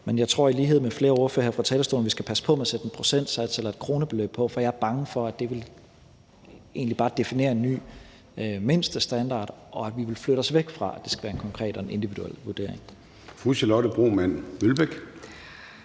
Men jeg tror i lighed med flere ordførere her på talerstolen, at vi skal passe på med at sætte en procentsats eller et kronebeløb på. For jeg er egentlig bare bange for, at det vil definere en ny mindstestandard, og at vi vil flytte os væk fra, at det skal være en konkret og en individuel vurdering.